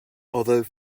although